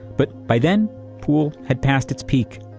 but by then pool had passed its peak.